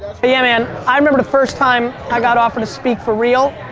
yeah man, i remember the first time i got offered to speak for real.